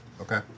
Okay